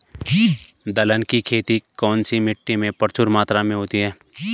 दलहन की खेती कौन सी मिट्टी में प्रचुर मात्रा में होती है?